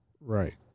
Right